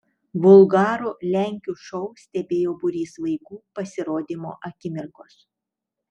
vulgarų lenkių šou stebėjo būrys vaikų pasirodymo akimirkos